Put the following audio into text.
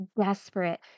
desperate